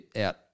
out